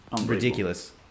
ridiculous